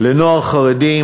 לנוער חרדי,